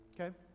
Okay